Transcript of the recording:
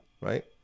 right